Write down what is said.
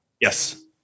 Yes